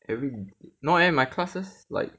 every~ no leh my classes like